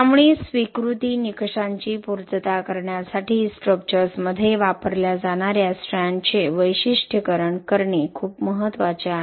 त्यामुळे स्वीकृती निकषांची पूर्तता करण्यासाठी स्ट्रक्चर्समध्ये वापरल्या जाणार्या स्ट्रँडचे वैशिष्ट्यीकरण करणे खूप महत्वाचे आहे